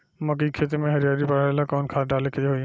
मकई के खेती में हरियाली बढ़ावेला कवन खाद डाले के होई?